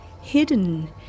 Hidden